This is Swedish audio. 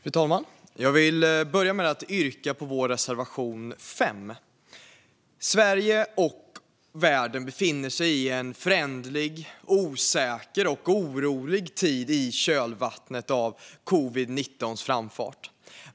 Fru talman! Jag vill börja med att yrka bifall till vår reservation 5. Sverige och världen befinner sig i en föränderlig, osäker och orolig tid i kölvattnet av covid-19:s framfart.